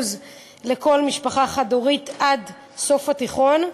לכל משפחה חד-הורית עד סוף התיכון.